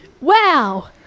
Wow